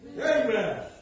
Amen